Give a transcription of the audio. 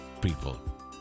people